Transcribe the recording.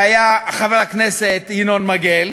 והיה חבר הכנסת ינון מגל,